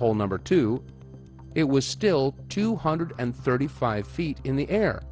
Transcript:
pole number two it was still two hundred and thirty five feet in the air